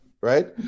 Right